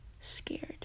scared